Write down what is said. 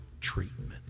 treatment